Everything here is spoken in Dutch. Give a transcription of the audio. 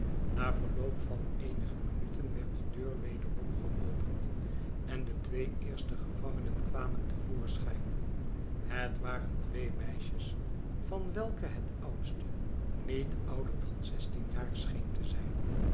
na verloop van eenige minuten werd de deur wederom geopend en de twee eerste gevangenen kwamen te voorschijn het waren twee meisjes van welke het oudste niet ouder dan zestien jaar scheen te zijn